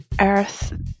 earth